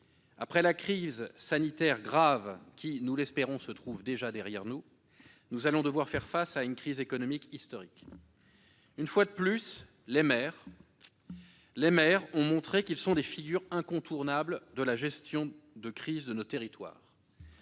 Après la grave crise sanitaire qui, nous l'espérons, se trouve déjà derrière nous, nous allons devoir faire face à une crise économique historique. Une fois de plus, les maires ont montré qu'ils sont des figures incontournables de la gestion de crise dans nos territoires.